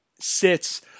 sits